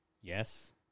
yes